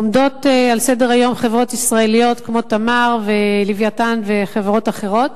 עומדות על סדר-היום חברות ישראליות כמו "תמר" ו"לווייתן" וחברות אחרות,